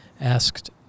asked